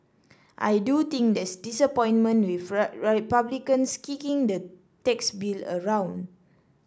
I do think there's disappointment with Republicans kicking the tax bill around